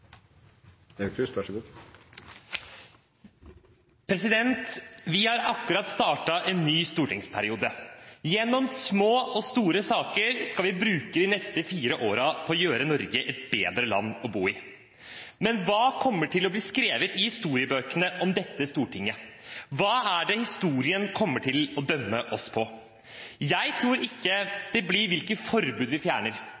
Vi har akkurat startet en ny stortingsperiode. Gjennom små og store saker skal vi bruke de neste fire årene på å gjøre Norge til et bedre land å bo i. Men hva kommer til å bli skrevet i historiebøkene om dette Stortinget? Hva er det historien kommer til å dømme oss på? Jeg tror ikke det blir på hvilke forbud vi fjerner,